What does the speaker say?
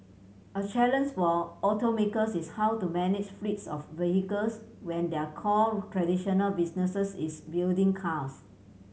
a for automakers is how to manage fleets of vehicles when their core traditional businesses is building cars